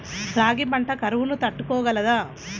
రాగి పంట కరువును తట్టుకోగలదా?